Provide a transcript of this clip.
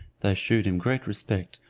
they shewed him great respect,